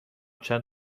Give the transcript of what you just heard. چند